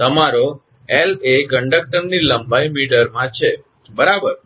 તમારો 𝑙 એ કંડક્ટરની લંબાઈ મીટરમાં છે બરાબર